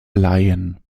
laien